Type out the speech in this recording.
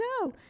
no